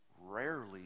Rarely